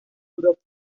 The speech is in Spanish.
europa